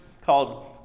called